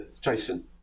Jason